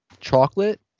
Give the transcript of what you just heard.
chocolate